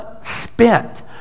spent